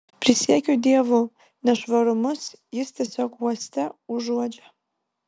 prisiekiu dievu nešvarumus jis tiesiog uoste užuodžia